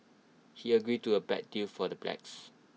he agreed to A bad deal for the blacks